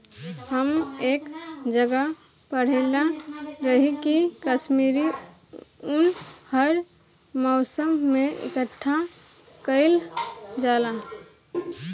हम एक जगह पढ़ले रही की काश्मीरी उन हर मौसम में इकठ्ठा कइल जाला